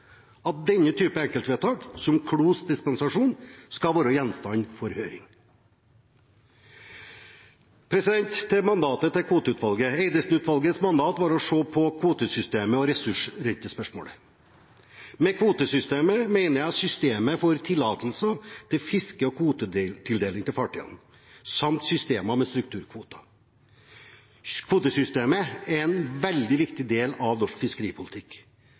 at denne typen enkeltvedtak, som Gunnar Klos dispensasjon er, skal være gjenstand for høring. Til kvoteutvalgets mandat: Eidesen-utvalgets mandat var å se på kvotesystemet og ressursrentespørsmålet. Med kvotesystemet mener jeg systemet for tillatelser til fiske- og kvotetildeling til fartøyene samt systemet med strukturkvoter. Kvotesystemet er en veldig viktig del av norsk fiskeripolitikk,